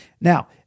Now